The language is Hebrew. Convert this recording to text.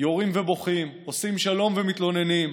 יורים ובוכים, עושים שלום ומתלוננים,